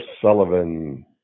Sullivan